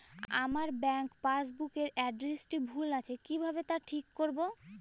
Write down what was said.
আমার bank passbook এর এড্রেসটি ভুল আছে কিভাবে তা ঠিক করবো?